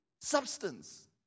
substance